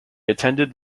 attended